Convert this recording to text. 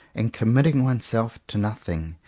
and committing one self to nothing,